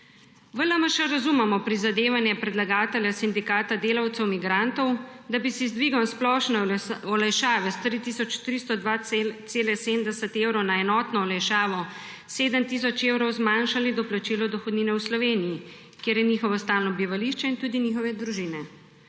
V LMŠ razumemo prizadevanje predlagatelja Sindikata delavcev migrantov, da bi si z dvigom splošne olajšave s 3 tisoč 302,70 evrov na enotno olajšavo 7 tisoč evrov zmanjšali doplačilo dohodnine v Sloveniji, kjer je njihovo stalno bivališče in tudi njihove družine.